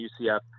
UCF